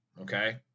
okay